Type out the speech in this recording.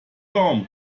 baum